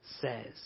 says